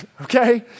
okay